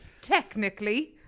technically